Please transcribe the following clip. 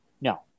No